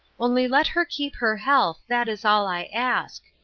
only let her keep her health, that is all i ask.